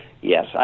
Yes